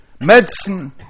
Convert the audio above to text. medicine